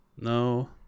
No